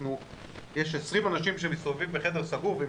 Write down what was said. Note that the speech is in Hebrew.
כשיש 20 אנשים שמסתובבים בחדר סגור והם